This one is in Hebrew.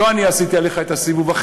עשו עליך סיבוב גדול מאוד, יאיר.